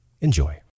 Enjoy